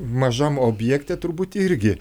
mažam objekte turbūt irgi